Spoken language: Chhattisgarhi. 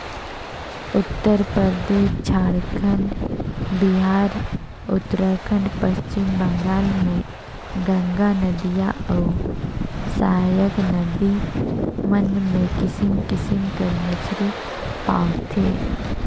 उत्तरपरदेस, झारखंड, बिहार, उत्तराखंड, पच्छिम बंगाल में गंगा नदिया अउ सहाएक नदी मन में किसिम किसिम कर मछरी पवाथे